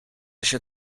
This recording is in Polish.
się